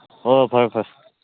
ꯑꯣ ꯐꯔꯦ ꯐꯔꯦ